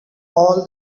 all